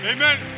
Amen